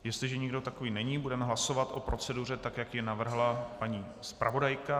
Jestliže nikdo takový není, budeme hlasovat o proceduře tak, jak ji navrhla paní zpravodajka.